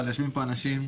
אבל יושבים פה אנשים,